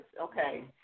okay